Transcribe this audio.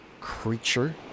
Creature